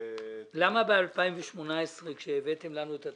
למה ב-2018 כשהבאתם לנו את התקציב,